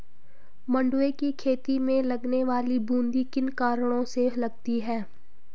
मंडुवे की खेती में लगने वाली बूंदी किन कारणों से लगती है?